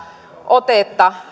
otetta